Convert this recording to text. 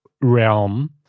realm